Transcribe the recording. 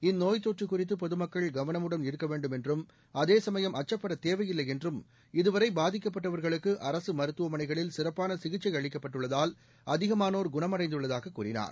இந்நோய் தொற்று குறித்து பொதுமக்கள் கவனமுடன் இருக்க வேண்டும் என்றும் அதேசமயம் அச்சப்படத் தேவையில்லை என்றும் இதுவரை பாதிக்கப்பட்டவர்களுக்கு அரசு மருத்துவமனைகளில் சிறப்பான சிகிச்சை அளிக்கப்பட்டுள்ளதால் அதிகமானோர் குணமடைந்துள்ளதாக கூறினார்